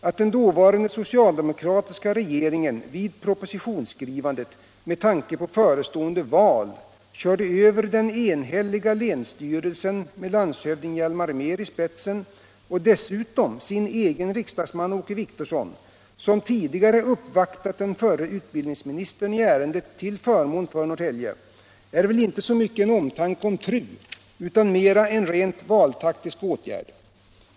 Att den dåvarande socialdemokratiska regeringen vid propositionsskrivandet, med tanke på förestående val, körde över den enhälliga länsstyrelsen med landshövding Hjalmar Mehr i spetsen och dessutom sin egen riksdagsman Åke Wictorsson, som tidigare uppvaktat den förre utbildningsministern i ärendet till förmån för Norrtälje, är väl inte så mycket en omtanke om TRU, utan mera en rent valtaktisk åtgärd.